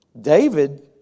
David